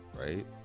right